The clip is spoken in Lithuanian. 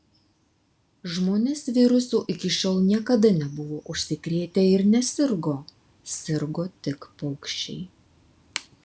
žmonės virusu iki šiol niekada nebuvo užsikrėtę ir nesirgo sirgo tik paukščiai